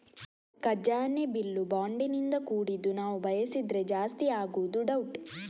ಖಜಾನೆ ಬಿಲ್ಲು ಬಾಂಡಿನಿಂದ ಕೂಡಿದ್ದು ನಾವು ಬಯಸಿದ್ರೆ ಜಾಸ್ತಿ ಆಗುದು ಡೌಟ್